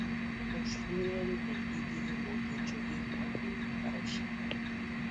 už fiurerį ir didįjį vokiečių reichą buvo parašyta